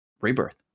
Rebirth